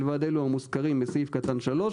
מלבד אלו המוזכרים בסעיף קטן (3),